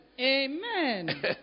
Amen